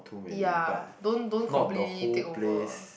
ya don't don't completely take over